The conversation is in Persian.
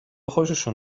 خوششون